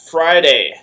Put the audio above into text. Friday